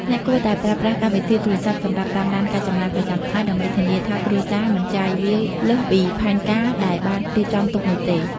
អ្នកគួរតែប្រើប្រាស់កម្មវិធីទូរស័ព្ទសម្រាប់តាមដានការចំណាយប្រចាំថ្ងៃ ដើម្បីធានាថាគ្រួសារមិនចាយវាយលើសពីផែនការដែលបានរៀបចំទុកនោះទេ។